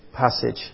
passage